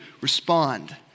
respond